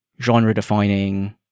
genre-defining